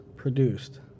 produced